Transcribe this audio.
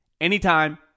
anytime